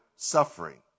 suffering